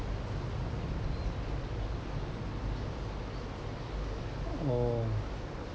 oh